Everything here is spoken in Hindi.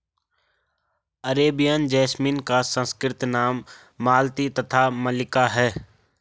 अरेबियन जैसमिन का संस्कृत नाम मालती तथा मल्लिका है